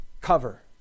cover